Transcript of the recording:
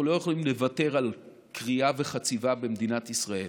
אנחנו לא יכולים לוותר על כרייה וחציבה במדינת ישראל.